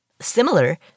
similar